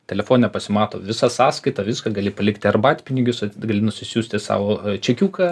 telefone pasimato visa sąskaita viską gali palikti arbatpinigius gali nusiųsti savo čekiuką